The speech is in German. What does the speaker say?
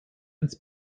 ins